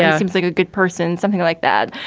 yeah seems like a good person. something like that.